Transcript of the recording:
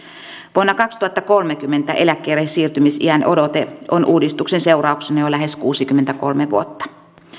vuonna kaksituhattakolmekymmentä eläkkeellesiirtymisiän odote on uudistuksen seurauksena jo lähes kuusikymmentäkolme vuotta